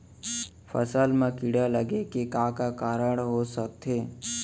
फसल म कीड़ा लगे के का का कारण ह हो सकथे?